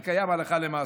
זה קיים הלכה למעשה.